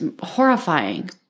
horrifying